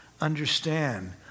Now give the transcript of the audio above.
understand